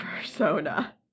persona